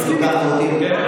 אני הבנתי מה שאתה אומר.